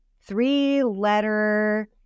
three-letter